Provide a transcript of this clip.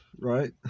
right